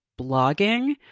blogging